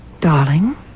Darling